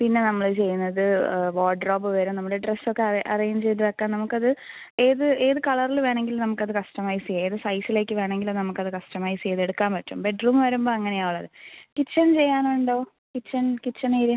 പിന്നെ നമ്മൾ ചെയ്യുന്നത് വാർഡ്രോബ് വരും നമ്മുടെ ഡ്രസ്സൊക്കെ അറേഞ്ച് ചെയ്ത് വെക്കാൻ നമുക്കത് ഏത് ഏത് കളറിൽ വേണമെങ്കിലും നമുക്കത് കസ്റ്റമൈസ് ചെയ്യാം ഏത് സൈസിലേക്ക് വേണമെങ്കിലും നമുക്കത് കസ്റ്റമൈസ് ചെയ്ത് എടുക്കാൻ പറ്റും ബെഡ്റൂമ് വരുമ്പോൾ അങ്ങനെയാവുക കിച്ചൻ ചെയ്യാനുണ്ടോ കിച്ചൻ കിച്ചൻ ഏരിയ